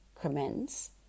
commence